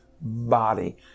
body